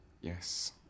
yes